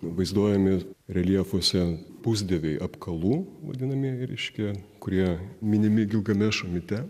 vaizduojami reljefuose pusdieviai apkalų vadinamieji reiškia kurie minimi gilgamešo mite